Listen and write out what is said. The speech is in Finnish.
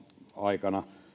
aikana